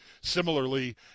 similarly